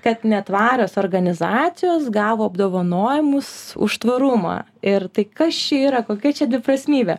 kad netvarios organizacijos gavo apdovanojimus už tvarumą ir tai kas čia yra kokia čia dviprasmybė